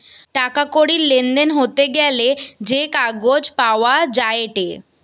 টাকা কড়ির লেনদেন হতে গ্যালে যে কাগজ পাওয়া যায়েটে